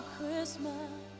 Christmas